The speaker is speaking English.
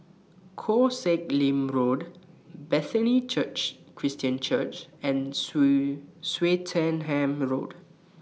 Koh Sek Lim Road Bethany Church Christian Church and Swettenham Road